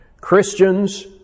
Christians